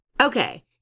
Okay